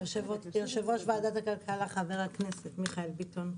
יושב-ראש ועדת הכלכלה חבר הכנסת מיכאל ביטון,